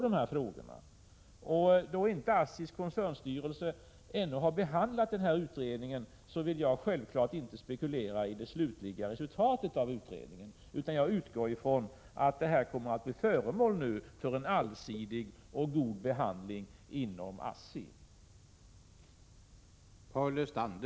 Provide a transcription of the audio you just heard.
Eftersom ASSI:s koncernstyrelse ännu inte har behandlat utredningen vill jag självfallet inte spekulera över det slutliga resultatet av den, utan jag utgår ifrån att den nu kommer att bli föremål för en allsidig och god behandling inom ASSI.